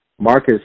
Marcus